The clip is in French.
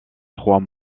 trois